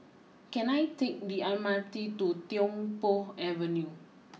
can I take the M R T to Tiong Poh Avenue